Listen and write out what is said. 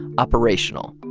operational.